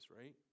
right